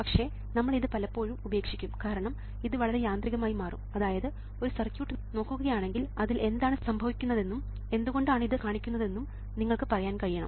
പക്ഷേ നമ്മൾ ഇത് പലപ്പോഴും ഉപേക്ഷിക്കും കാരണം ഇത് വളരെ യാന്ത്രികമായി മാറും അതായത് ഒരു സർക്യൂട്ട് നോക്കുകയാണെങ്കിൽ അതിൽ എന്താണ് സംഭവിക്കുന്നതെന്നും എന്തുകൊണ്ടാണ് ഇത് കാണിക്കുന്നതെന്നും നിങ്ങൾക്ക് പറയാൻ കഴിയണം